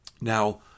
Now